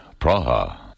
Praha